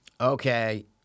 Okay